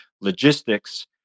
logistics